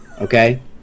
okay